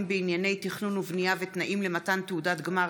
בענייני תכנון ובנייה ותנאים למתן תעודת גמר),